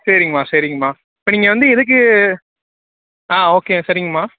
சரிங்கம்மா சரிங்கம்மா இப்போ நீங்கள் வந்து எதுக்கு ஆ ஓகே சரிங்கம்மா